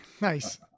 Nice